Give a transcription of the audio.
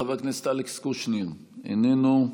חבר הכנסת אלכס קושניר, איננו,